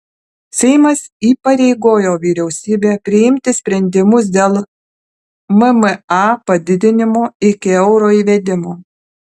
seimas įpareigojo vyriausybę priimti sprendimus dėl mma padidinimo iki euro įvedimo